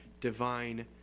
divine